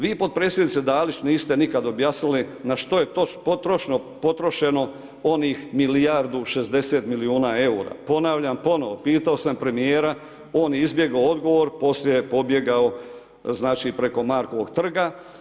Vi potpredsjednice Dalić niste nikad objasnili na što je to potrošeno onih milijardu 60 milijuna eura, ponavljam ponovo, pitao sam premijera, on izbjegao odgovor, poslije je pobjegao preko Markovog trga.